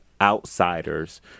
outsiders